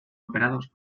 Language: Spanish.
operados